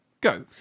Go